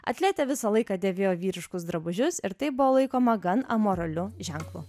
atletė visą laiką dėvėjo vyriškus drabužius ir tai buvo laikoma gan amoraliu ženklu